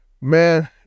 Man